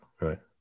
Right